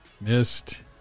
missed